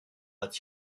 gratte